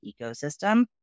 ecosystem